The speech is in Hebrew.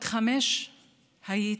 בת חמש הייתי